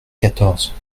quatorze